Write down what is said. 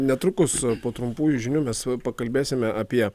netrukus po trumpųjų žinių mes pakalbėsime apie